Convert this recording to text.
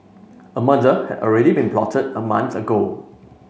a murder had already been plotted a month ago